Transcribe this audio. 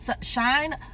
Shine